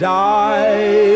die